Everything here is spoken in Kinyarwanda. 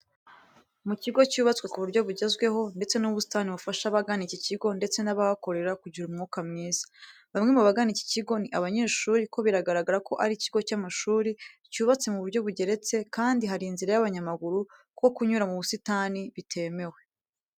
Mu kigo cyubatswe ku buryo bugezweho, ndetse n'ubusitani bufasha abagana iki kigo ndetse n'abahakorera kugira umwuka mwiza. Bamwe mu bagana iki kigo ni abanyeshuri kuko biragaragara ko ari ikigo cy'amashuri cyubatse mu buryo bugeretse kandi hari inzira y'abanyamaguru kuko kunyura mu busitani bitemewe.